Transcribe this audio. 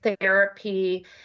therapy